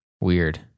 Weird